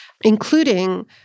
including